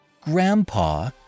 grandpa